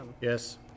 Yes